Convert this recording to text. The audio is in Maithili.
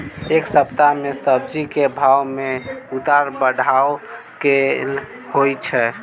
एक सप्ताह मे सब्जी केँ भाव मे उतार चढ़ाब केल होइ छै?